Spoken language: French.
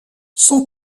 son